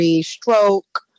stroke